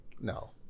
No